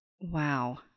Wow